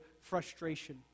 frustration